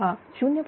हा0